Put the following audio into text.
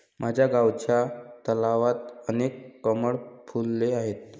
माझ्या गावच्या तलावात अनेक कमळ फुलले आहेत